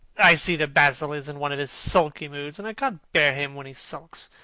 i see that basil is in one of his sulky moods, and i can't bear him when he sulks.